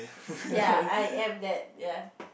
ya I am that ya